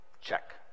check